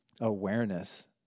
awareness